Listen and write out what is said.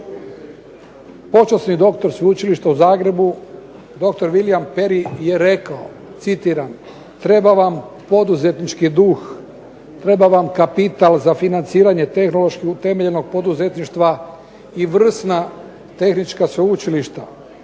Počasni dr. Sveučilišta u Zagrebu, dr. William Perry je rekao, citiram: "Treba vam poduzetnički duh, treba vam kapital za financiranje tehnološki utemeljenog poduzetništva i vrsna tehnička sveučilišta".